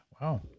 Wow